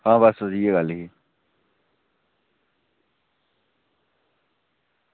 हां बस इ'यै गल्ल ही